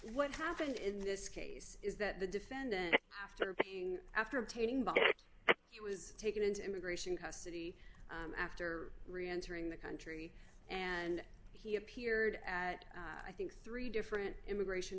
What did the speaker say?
what happened in this case is that the defendant after being after obtaining he was taken into immigration custody after reentering the country and he appeared at i think three different immigration